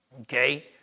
okay